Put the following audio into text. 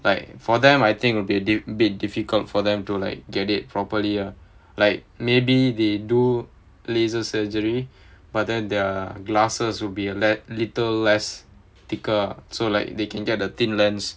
like for them I think will be a bit difficult for them to like get it properly like maybe they do laser surgery but then their glasses will be a little less thicker so like they can get the thin lens